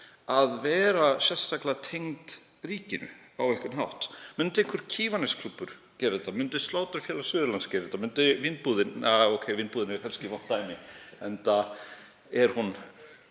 að vera sérstaklega tengd ríkinu á einhvern hátt. Myndi einhver Kiwanisklúbbur gera það? Myndi Sláturfélag Suðurlands gera það? Myndi Vínbúðin — Vínbúðin er kannski vont dæmi, enda er hún